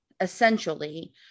essentially